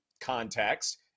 context